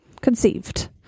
conceived